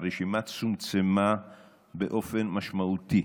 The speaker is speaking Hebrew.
הרשימה צומצמה באופן משמעותי,